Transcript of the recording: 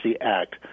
Act